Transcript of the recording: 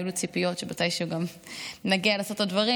היו לי ציפיות שמתישהו גם נגיע לעשות את הדברים,